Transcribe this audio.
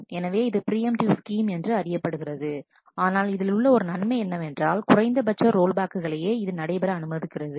எனவே இது primitive scheme என்று அறியப்படுகிறது ஆனால் இதில் உள்ள ஒரு நன்மை என்னவென்றால் குறைந்தபட்ச ரோல் பேக்குகளையே இது நடைபெறஅனுமதிக்கிறது